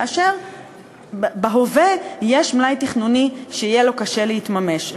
כאשר בהווה יש מלאי תכנוני שיהיה לו קשה להתממש.